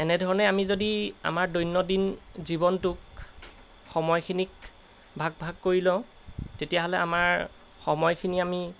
এনেধৰণে আমি যদি আমাৰ দৈনন্দিন জীৱনটোক সময়খিনিক ভাগ ভাগ কৰি লওঁ তেতিয়াহ'লে আমাৰ সময়খিনি আমি